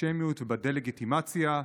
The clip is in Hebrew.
באנטישמיות ובדה-לגיטימציה.